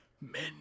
men